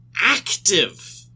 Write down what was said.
active